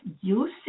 using